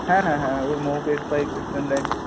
হ্যাঁ হ্যাঁ হ্যাঁ ওই মো পেস স্পাইক স্ট্র্যান্ডেড